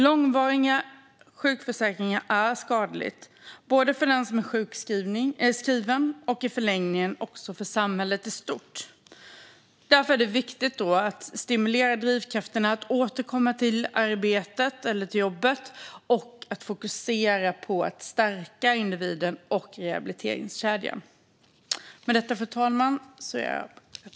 Långvariga sjukskrivningar är skadliga både för den som är sjukskriven och, i förlängningen, för samhället i stort. Därför är det viktigt att stimulera drivkrafterna att återkomma till jobbet och att fokusera på att stärka individen och rehabiliteringskedjan. Med detta, fru talman, är jag öppen för debatt.